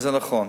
וזה נכון.